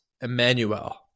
Emmanuel